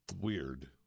weird